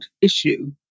issue